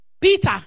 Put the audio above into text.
Peter